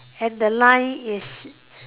and the line is